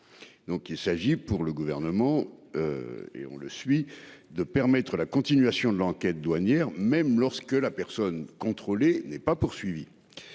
Donc il s'agit pour le gouvernement. Et on le suit de permettre la continuation de l'enquête douanière même lorsque la personne contrôlée n'est pas poursuivi.